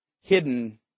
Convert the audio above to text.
Hidden